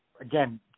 again